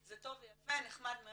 זה טוב ויפה, נחמד מאוד,